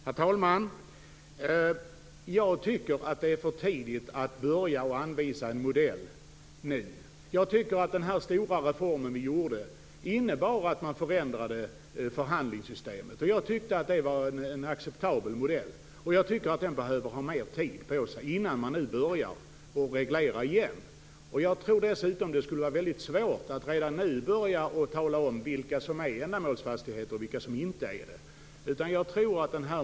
Herr talman! Jag tycker att det är för tidigt att börja anvisa en modell nu. Den stora reform som vi gjort innebar att förhandlingssystemet förändrades. Jag tyckte att det var en acceptabel modell, och man bör få mer tid på sig innan man börjar reglera igen. Jag tror dessutom att det skulle vara väldigt svårt att redan nu börja tala om vilka som är ändamålsfastigheter och vilka som inte är det.